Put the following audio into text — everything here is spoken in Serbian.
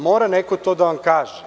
Mora neko to da vam kaže.